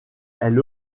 elle